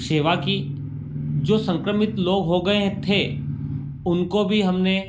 सेवा की जो संक्रमित लोग हो गए थे उनको भी हमने